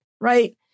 Right